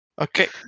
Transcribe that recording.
Okay